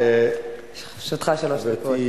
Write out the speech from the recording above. לרשותך שלוש דקות.